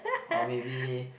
or maybe